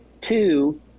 Two